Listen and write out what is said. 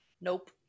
nope